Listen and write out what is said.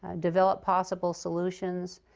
ah develop possible solutions,